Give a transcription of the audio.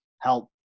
help